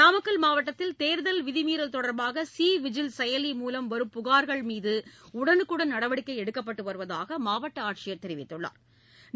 நாமக்கல் மாவட்டத்தில் தேர்தல் விதிமீறல் தொடர்பாக சி விஜில் செயலி மூலம் வரும் புகா்கள் மீது உடனுக்குடன் நடவடிக்கை எடுக்கப்பட்டு வருவதாக மாவட்ட ஆட்சியா் தெரிவித்துள்ளாா்